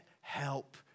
help